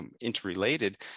interrelated